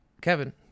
Kevin